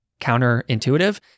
counterintuitive